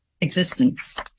existence